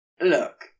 Look